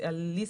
על ליסינג,